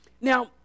Now